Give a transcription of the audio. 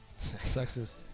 Sexist